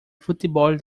fútbol